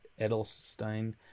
Edelstein